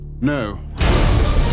No